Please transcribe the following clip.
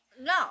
No